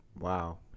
wow